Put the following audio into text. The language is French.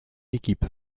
équipe